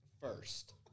first